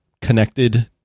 connected